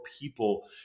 people